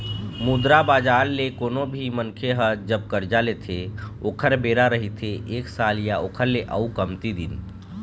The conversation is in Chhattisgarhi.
मुद्रा बजार ले कोनो भी मनखे ह जब करजा लेथे ओखर बेरा रहिथे एक साल या ओखर ले अउ कमती दिन